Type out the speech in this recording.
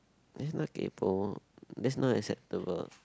that's not kaypoh that's not acceptable